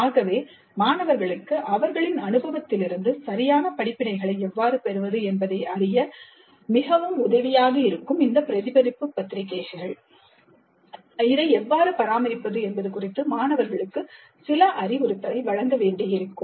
ஆகவே மாணவர்களுக்கு அவர்களின் அனுபவத்திலிருந்து சரியான படிப்பினைகளை எவ்வாறு பெறுவது என்பதை அறிய மிகவும் உதவியாக இருக்கும் இந்த பிரதிபலிப்பு பத்திரிகைகளை எவ்வாறு பராமரிப்பது என்பது குறித்து மாணவர்களுக்கு சில அறிவுறுத்தலை வழங்க வேண்டியிருக்கும்